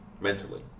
mentally